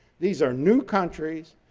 these are new countries.